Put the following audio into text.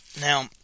Now